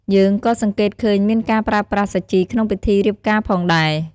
យើងក៏សង្កេតឃើញមានការប្រើប្រាស់សាជីក្នុងពិធីរៀបការផងដែរ។